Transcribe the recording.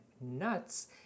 nuts